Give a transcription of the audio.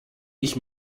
ich